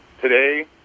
today